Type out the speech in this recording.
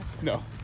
No